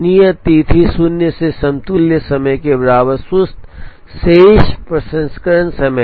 नियत तिथि शून्य से समतुल्य समय के बराबर सुस्त शेष प्रसंस्करण समय